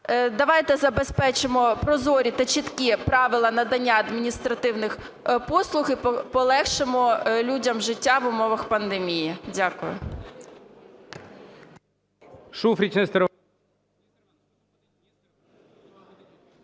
Давайте забезпечимо прозорі та чіткі правила надання адміністративних послуг і полегшимо людям життя в умовах пандемії. Дякую.